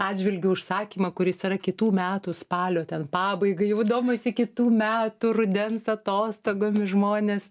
atžvilgiu užsakymą kuris yra kitų metų spalio ten pabaigai jau domisi kitų metų rudens atostogomis žmonės